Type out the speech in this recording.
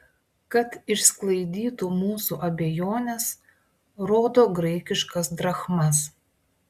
kad išsklaidytų mūsų abejones rodo graikiškas drachmas